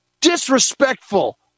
disrespectful